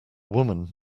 woman